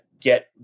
get